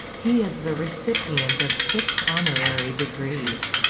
he is the recipient of six honorary degrees.